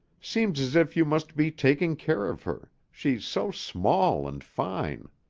seems as if you must be taking care of her. she's so small and fine.